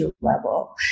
level